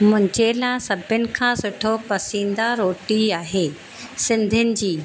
मुंहिंजे लाइ सभिन खां सुठो पसंदीदा रोटी आहे सिंधियुनि जी